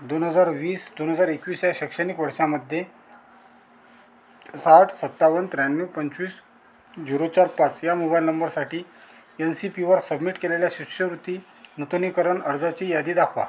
दोन हजार वीस दोन हजार एकवीस या शैक्षणिक वर्षामध्ये साठ सत्तावन्न त्र्याण्णव पंचवीस झिरो चार पाच ह्या मोबाइल नंबरसाठी एन सी पीवर सबमिट केलेल्या शिष्यवृत्ती नूतनीकरन अर्जाची यादी दाखवा